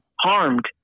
harmed